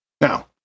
Now